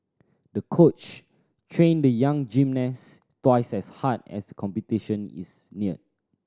the coach trained the young gymnast twice as hard as the competition is neared